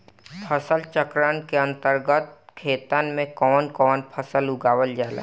फसल चक्रण के अंतर्गत खेतन में कवन कवन फसल उगावल जाला?